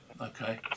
Okay